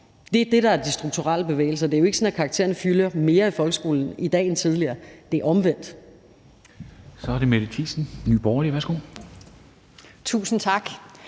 Det er det, der er de strukturelle bevægelser. Det er jo ikke sådan, at karaktererne fylder mere i folkeskolen i dag end tidligere – det er omvendt. Kl. 11:14 Formanden (Henrik Dam